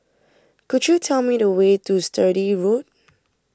could you tell me the way to Sturdee Road